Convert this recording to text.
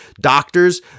doctors